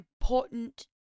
important